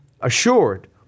assured